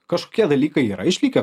kažkokie dalykai yra išlikę